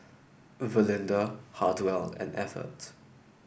Valinda Hartwell and Evert